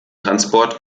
transport